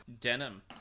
Denim